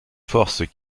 forces